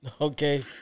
Okay